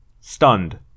stunned